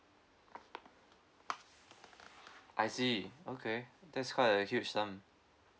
I see okay that's quite a huge sum